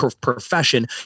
profession